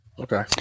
okay